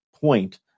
point